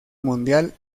mundial